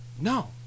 No